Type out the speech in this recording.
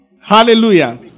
Hallelujah